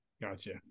Gotcha